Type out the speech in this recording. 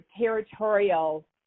territorial